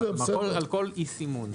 כלומר, על כל אי סימון.